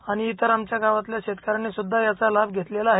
आणि इतर आमच्या गावातल्या शेतकऱ्यांनी सुद्धा याचा लाभ घेतलेला आहे